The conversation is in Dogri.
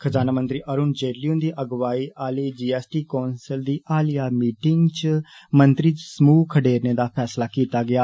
खजाना मंत्री अरुण जेटली हुन्दे अगुवाई आले जी एस टी कौंसल दी हालिया मीटिंग च मंत्री समूह खढेरने दा फैसला कीता गेआ